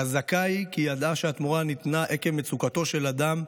חזקה היא כי ידע שהתמורה ניתנה עקב מצוקתו של האדם,